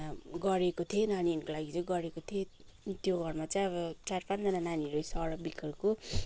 गरेको थिएँ नानीहरूको लागि चाहिँ गरेको थिएँ त्यो घरमा चाहिँ अब चार पाँचजना नानीहरू रहेछ अरबिकहरूको